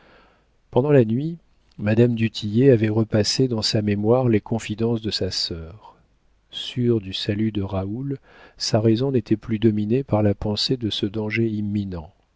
pendant la nuit madame du tillet avait repassé dans sa mémoire les confidences de sa sœur sûre du salut de raoul sa raison n'était plus dominée par la pensée de ce danger imminent